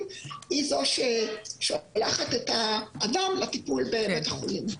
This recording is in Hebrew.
היא זו ששולחת את האדם לטיפול בבית החולים.